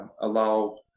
allow